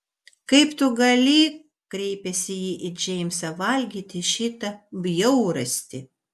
kaip tu gali kreipėsi ji į džeimsą valgyti šitą bjaurastį